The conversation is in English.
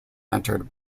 entered